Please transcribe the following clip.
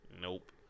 Nope